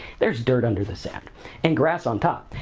there's dirt under the sand and grass on top.